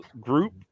group